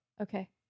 Okay